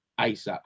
ASAP